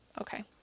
Okay